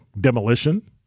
demolition